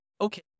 okay